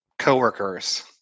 coworkers